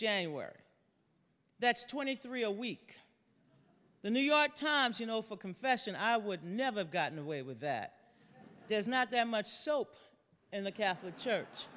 january that's twenty three a week the new york times you know full confession i would never have gotten away with that there's not that much soap in the catholic church